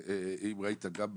אם ראית, גם בהסתייגויות,